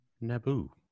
Nabu